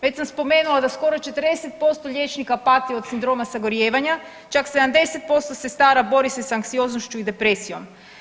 Već sam spomenula da skoro 40% liječnika pati od sindroma sagorijevanja, čak 70% sestara bori se s anksioznošću i depresijom.